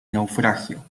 naufragio